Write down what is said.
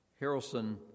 Harrelson